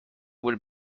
would